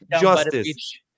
justice